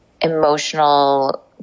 emotional